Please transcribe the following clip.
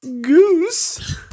Goose